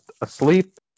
asleep